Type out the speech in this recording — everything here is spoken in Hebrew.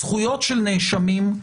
זכויות של נאשמים,